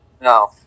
No